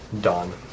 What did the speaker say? done